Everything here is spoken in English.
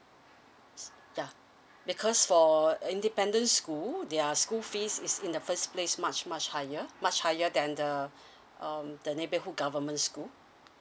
so ya because for independent school their school fees is in the first place much much higher much higher than the um the neighbourhood government school